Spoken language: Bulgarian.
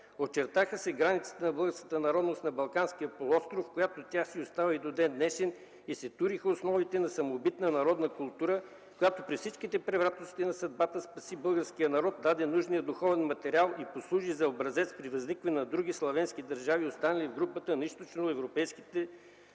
Очертаха се границите на българската народност на Балканския полуостров, като тя си остава и до ден-днешен. Туриха основите на самобитна народна култура, която при всичките превратности на съдбата спаси българския народ и даде нужния духовен материал и послужи за образец при възникване на други славенски държави, останали в групата на източноевропейските